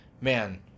man